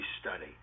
study